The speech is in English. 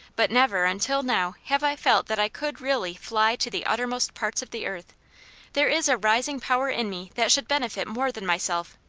but never until now have i felt that i could really fly to the uttermost parts of the earth there is a rising power in me that should benefit more than myself.